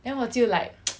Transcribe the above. then 我就 like